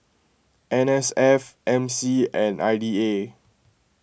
N S F M C and I D A